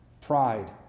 pride